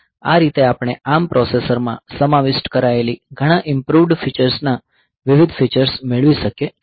આ રીતે આપણે ARM પ્રોસેસરમાં સમાવિષ્ટ કરાયેલી ઘણા ઇમ્પ્રુવ્ડ ફીચર્સના વિવિધ ફીચર્સ મેળવી શકીએ છીએ